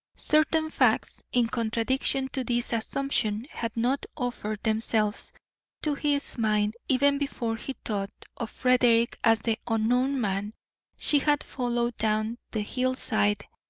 certain facts in contradiction to this assumption had not offered themselves to his mind even before he thought of frederick as the unknown man she had followed down the hillside,